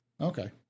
Okay